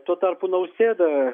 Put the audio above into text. tuo tarpu nausėda